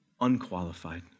unqualified